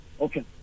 Okay